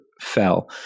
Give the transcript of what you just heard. fell